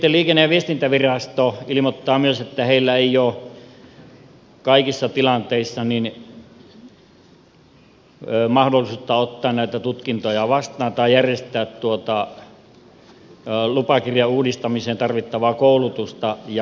sitten liikenteen turvallisuusvirasto ilmoittaa myös että heillä ei ole kaikissa tilanteissa mahdollisuutta ottaa näitä tutkintoja vastaan tai järjestää lupakirjan uudistamiseen tarvittavaa koulutusta ja koetta